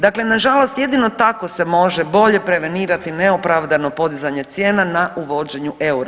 Dakle, nažalost jedino tako se može bolje prevenirati neopravdano podizanje cijena na uvođenju eura.